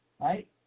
Right